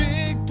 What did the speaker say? Big